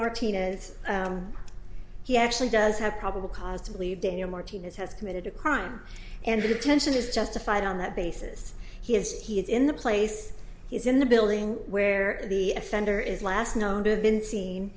martinez he actually does have probable cause to believe daniel martinez has committed a crime and the detention is justified on that basis he is he is in the place he's in the building where the offender is last known to have been seen